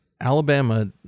Alabama